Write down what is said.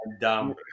Dumb